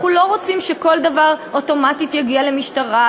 אנחנו לא רוצים שכל דבר אוטומטית יגיע למשטרה,